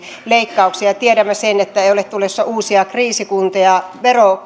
leikkauksia ja tiedämme sen että ei ole tulossa uusia kriisikuntia